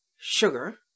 sugar